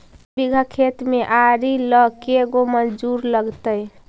एक बिघा खेत में आरि ल के गो मजुर लगतै?